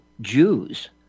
Jews